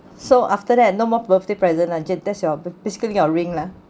so after that no more birthday present ju~ that's your basically your ring lah